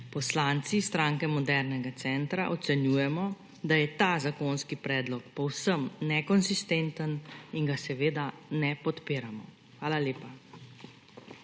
poslanci Stranke modernega centra ocenjujemo, da je ta zakonski predlog povsem nekonsistenten, in ga seveda ne podpiramo. Hvala lepa.